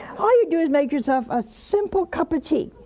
all you do is make yourself a simple cup of tea